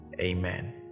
Amen